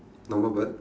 normal bird